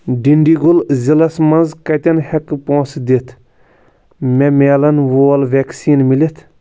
ڈِنڈِگُل ضِلعس مَنٛز کتٮ۪ن ہٮ۪کہٕ پونٛسہٕ دِتھ مےٚ مِلن وول وٮ۪کسیٖن مِلِتھ